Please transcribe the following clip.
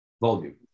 volume